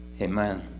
Amen